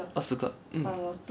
二十个 mm